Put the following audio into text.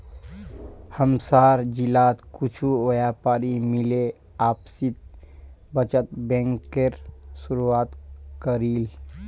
हमसार जिलात कुछु व्यापारी मिले आपसी बचत बैंकेर शुरुआत करील